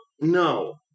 no